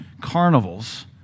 carnivals